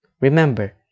Remember